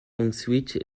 ensuite